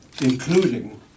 including